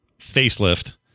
facelift